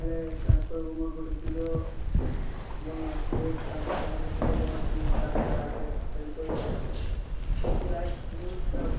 ହେଲେ ତାଙ୍କ କହିବ ମୋର ଗୋଟେ ଭିଡ଼ିଓ ବନା ସେ ତାଙ୍କଠୁ ତାଙ୍କର ଭିଡ଼ିଓ ବନେଇକି ଯାହାର ଯାର ଆଡ଼୍ରେସ ସେଣ୍ଡ୍ କରିବ ଏମିତି ଲାଇକ୍ ମିଳୁଛି ଆଉ